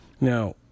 Now